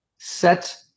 Set